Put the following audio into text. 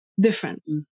difference